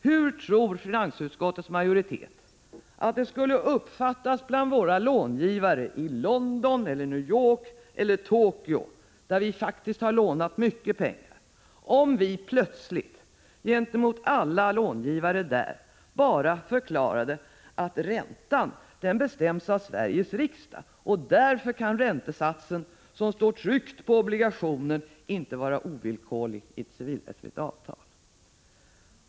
Hur tror finansutskottets majoritet att det skulle uppfattas bland våra långivare i London, New York eller Tokyo, där vi har lånat mycket pengar, om vi plötsligt gentemot alla långivare där bara förklarade att räntan bestäms av Sveriges riksdag och därför kan räntesatsen som står tryckt på obligationen inte vara ovillkorlig i ett civilrättsligt avtal?